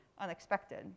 unexpected